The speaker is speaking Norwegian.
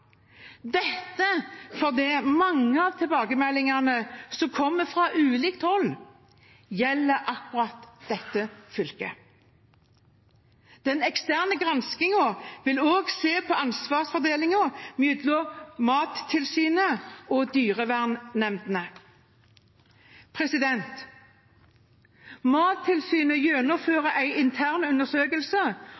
dette fordi mange av tilbakemeldingene som kommer fra ulikt hold, gjelder akkurat dette fylket. Den eksterne granskingen vil også se på ansvarsfordelingen mellom Mattilsynet og dyrevernnemndene. Mattilsynet